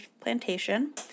plantation